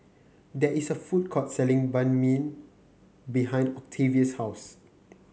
there is a food court selling Banh Mi behind Octavius' house